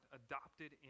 adopted